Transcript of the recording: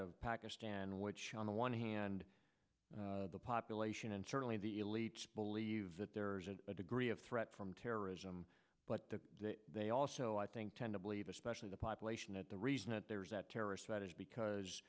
of pakistan which on the one hand the population and certainly the elite believe that there is a degree of threat from terrorism but they also i think tend to believe especially the population that the reason that there is a terrorist threat is because